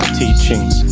teachings